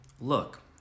Look